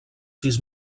sis